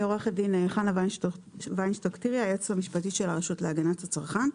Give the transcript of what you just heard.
אני היועצת המשפטית של הרשות להגנת הצרכן.